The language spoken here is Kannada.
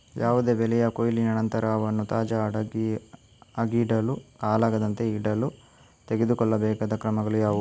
ಯಾವುದೇ ಬೆಳೆಯ ಕೊಯ್ಲಿನ ನಂತರ ಅವನ್ನು ತಾಜಾ ಆಗಿಡಲು, ಹಾಳಾಗದಂತೆ ಇಡಲು ತೆಗೆದುಕೊಳ್ಳಬೇಕಾದ ಕ್ರಮಗಳು ಯಾವುವು?